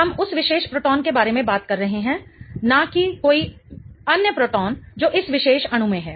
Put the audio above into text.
हम उस विशेष प्रोटॉन के बारे में बात कर रहे हैं ना कि कोई अन्य प्रोटॉन जो इस विशेष अणु में है